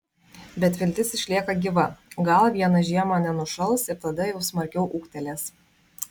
bet viltis išlieka gyva gal vieną žiemą nenušals ir tada jau smarkiau ūgtelės